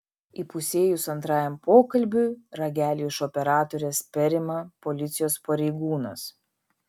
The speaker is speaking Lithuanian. įpusėjus antrajam pokalbiui ragelį iš operatorės perima policijos pareigūnas